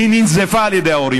היא ננזפה על ידי ההורים.